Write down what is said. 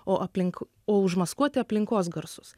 o aplink o užmaskuoti aplinkos garsus